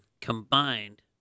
combined